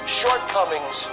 shortcomings